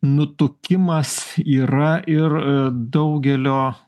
nutukimas yra ir daugelio